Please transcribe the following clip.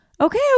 Okay